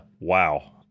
wow